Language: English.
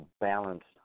balanced